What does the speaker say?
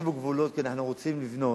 ותרחיבו גבולות כי אנחנו רוצים לבנות,